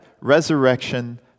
resurrection